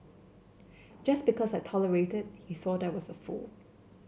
just because I tolerated he thought I was a fool